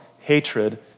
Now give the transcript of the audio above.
hatred